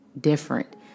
different